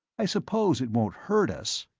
i suppose it won't hurt us?